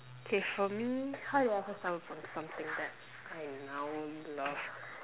okay for me how did I first stumble upon something that I now love